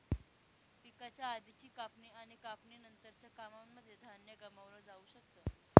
पिकाच्या आधीची कापणी आणि कापणी नंतरच्या कामांनमध्ये धान्य गमावलं जाऊ शकत